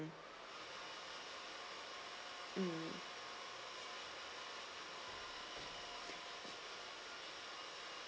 mm